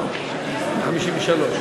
היא לא מוסרית.